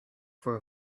for